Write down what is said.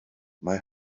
mae